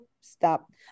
stop